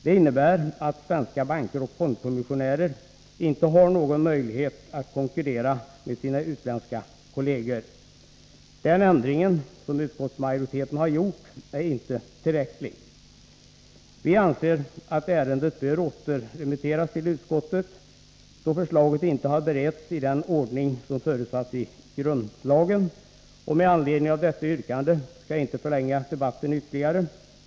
Det innebär att svenska banker och fondkommissionärer inte har någon möjlighet att konkurrera med sina utländska kolleger. Den ändring som utskottsmajoriteten föreslagit är inte tillräcklig. Vi anser att ärendet bör återremitteras till utskottet, då förslaget inte beretts i den ordning som förutsatts i grundlagen. Eftersom ett yrkande härom har ställts, skall jag inte förlänga debatten ytterligare.